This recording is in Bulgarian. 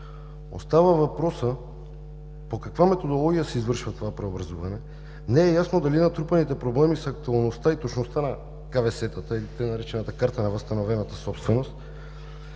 Остава въпросът по каква методология се извършва това преобразуване и не е ясно дали натрупаните пробойни са актуалността и точността на КВС-тата или така наречената „Карта на възстановената собственост“